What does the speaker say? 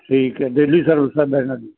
ਠੀਕ ਆ daily service ਆ ਵੈਨਾਂ ਦੀ